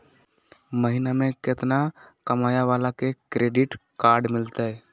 महीना में केतना कमाय वाला के क्रेडिट कार्ड मिलतै?